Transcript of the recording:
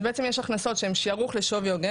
אז בעצם יש הכנסות שהם שיערוך לשווי הוגן.